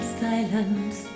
silence